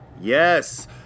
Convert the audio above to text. Yes